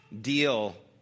deal